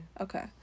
okay